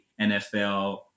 NFL